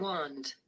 Wand